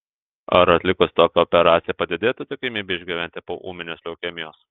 ar atlikus tokią operaciją padidėtų tikimybė išgyventi po ūminės leukemijos